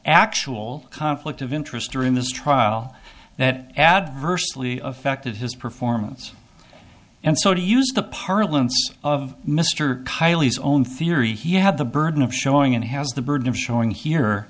actual conflict of interest during this trial that adversely affected his performance and so to use the parlance of mr lee's own theory he had the burden of showing and has the burden of showing here